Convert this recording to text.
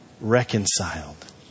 reconciled